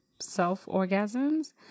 self-orgasms